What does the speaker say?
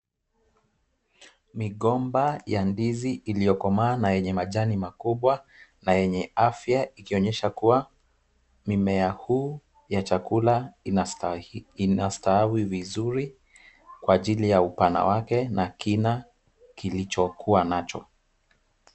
Migomba ya ndizi iliyokomaa na yenye majani makubwa na yenye afya ikionyesha kuwa mimea huu ya chakula inastawi vizuri kwa ajili ya upana wake na kina kilichokuwa nacho.